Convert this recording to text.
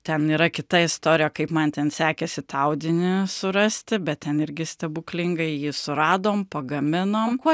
ten yra kita istorija kaip man ten sekėsi tą audinį surasti bet ten irgi stebuklingai jį suradom pagaminom kuo